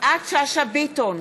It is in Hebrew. יפעת שאשא ביטון,